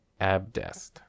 abdest